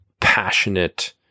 passionate